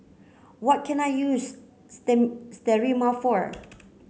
what can I use Sterimar for